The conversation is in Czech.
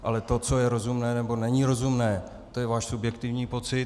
Ale to, co je rozumné, nebo není rozumné, to je váš subjektivní pocit.